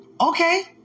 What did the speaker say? Okay